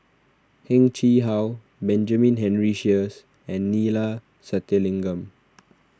Heng Chee How Benjamin Henry Sheares and Neila Sathyalingam